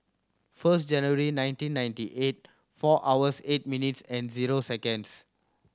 first January nineteen ninety eight four hours eight minutes and zero seconds